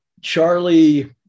Charlie